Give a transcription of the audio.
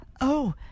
Oh